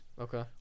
Okay